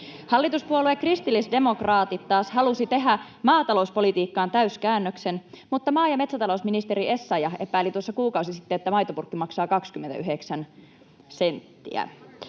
Hallituspuolue kristillisdemokraatit taas halusi tehdä maatalouspolitiikkaan täyskäännöksen, mutta maa- ja metsätalousministeri Essayah epäili tuossa kuukausi sitten, että maitopurkki maksaa 29 senttiä.